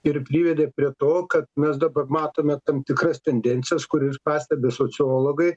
ir privedė prie to kad mes dabar matome tam tikras tendencijas kurių jas pastebi sociologai